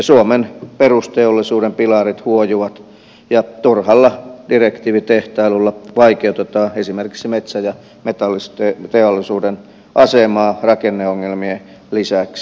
suomen perusteollisuuden pilarit huojuvat ja turhalla direktiivitehtailulla vaikeutetaan esimerkiksi metsä ja metalliteollisuuden asemaa rakenneongelmien lisäksi